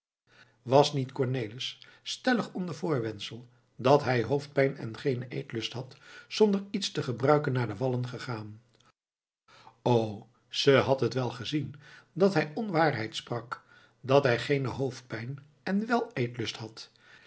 was niet cornelis stellig onder voorwendsel dat hij hoofdpijn en geenen eetlust had zonder iets te gebruiken naar de wallen gegaan o ze had het wel gezien dat hij onwaarheid sprak dat hij geene hoofdpijn en wèl eetlust had